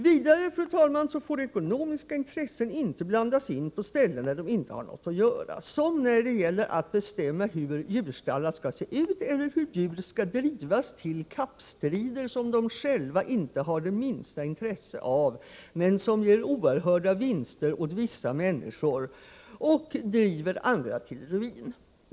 Vidare, fru talman, får ekonomiska intressen inte blandas in på ställen där de inte har något att göra, som när det gäller att bestämma hur djurstallar skall se ut, eller hur djur skall drivas till kappstrider som de själva inte har det minsta intresse av men som ger oerhörda vinster åt vissa människor — och driver andra till ruin.